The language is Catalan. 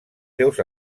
seus